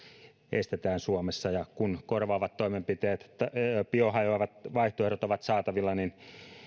estetään suomessa kun korvaavat biohajoavat vaihtoehdot ovat saatavilla niin